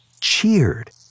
cheered